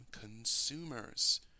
consumers